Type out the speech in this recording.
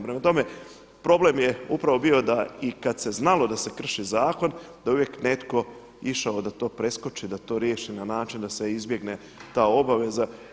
Prema tome, problem je upravo bio da i kada se znalo da se krši zakon da uvijek je netko išao da to preskoči, da to riješi na način da se izbjegne ta obaveza.